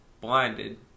blinded